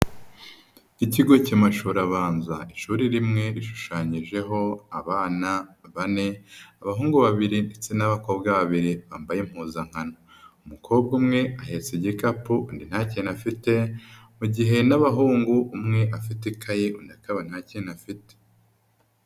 Ikigo cy'amashuri abanza. Ishuri rimwe rishushanyijeho abana bane, abahungu babiri ndetse n'abakobwa babiri bambaye impuzankano. Umukobwa umwe ahetse igikapu, undi nta kintu afite, mu gihe n'abahungu umwe afite ikayi, undi akaba nta kintu afite.